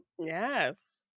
Yes